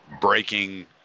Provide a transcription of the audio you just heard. breaking